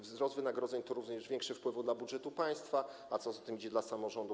Wzrost wynagrodzeń to również większe wpływy dla budżetu państwa, a co za tym idzie, dla samorządów.